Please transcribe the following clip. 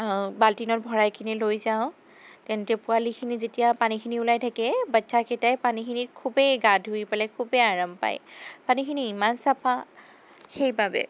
বাল্টিঙত ভৰাইকিনে লৈ যাওঁ তেন্তে পোৱালিখিনি যেতিয়া পানীখিনি ওলাই থাকে বাচ্ছা কেইটাই পানীখিনিত খুবেই গা ধুই পেলাই খুবেই আৰাম পায় পানীখিনি ইমান চাফা সেইবাবে